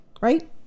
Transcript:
right